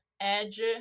edge